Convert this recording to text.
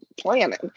planning